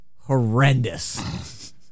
horrendous